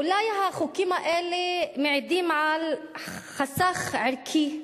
אולי החוקים האלה מעידים על חסך ערכי,